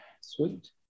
Sweet